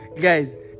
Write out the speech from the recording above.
Guys